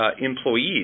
employees